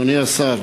אדוני השר,